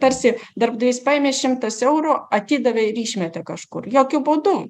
tarsi darbdavys paėmė šimtas eurų atidavė ir išmetė kažkur jokiu būdu